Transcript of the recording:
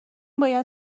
باید